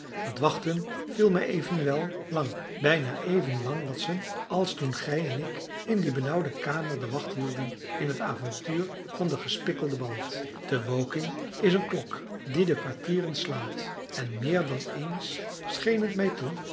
dat wachten viel mij evenwel lang bijna even lang watson als toen gij en ik in die benauwde kamer de wacht hielden in het avontuur van de gespikkelde band te woking is een klok die de kwartieren slaat en meer dan eens scheen het mij toe